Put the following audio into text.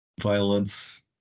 violence